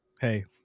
Hey